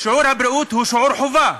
שיעור בריאות הוא שיעור חובה.